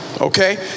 okay